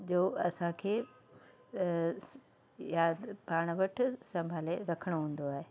जो असांखे यादि पाण वटि संभाले रखिणो हूंदो आहे